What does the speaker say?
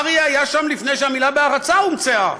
אריה היה שם לפני שהמילה "בהרצה" הומצאה.